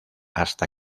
hasta